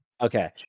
Okay